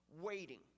waiting